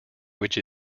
which